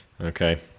Okay